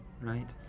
right